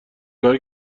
کار